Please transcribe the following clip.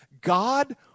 God